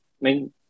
main